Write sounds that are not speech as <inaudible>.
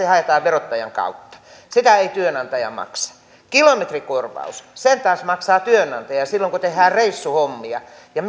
<unintelligible> haetaan verottajan kautta sitä ei työnantaja maksa kilometrikorvauksen taas maksaa työnantaja silloin kun tehdään reissuhommia ja <unintelligible>